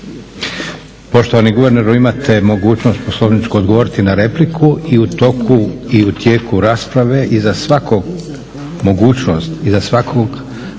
Poštovani guverneru imate mogućnost poslovničku odgovoriti na repliku i u toku i u tijeku rasprave mogućnost iza svakog